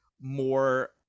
more